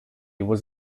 was